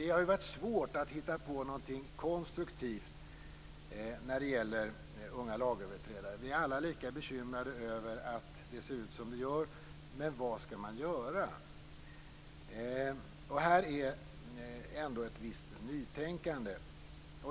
Det har varit svårt att hitta på någonting konstruktivt när det gäller unga lagöverträdare. Vi är alla lika bekymrade över att det ser ut som det gör, men vad skall man göra? Här är det ändå fråga om ett visst nytänkande.